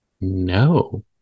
No